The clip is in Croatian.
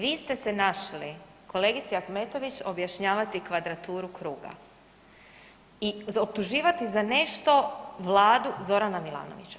Vi ste se našli kolegici Ahmetović objašnjavati kvadraturu kruga i optuživati za nešto vladu Zorana Milanovića.